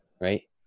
Right